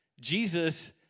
Jesus